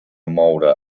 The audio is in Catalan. moure